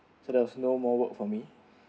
so there was no more work for me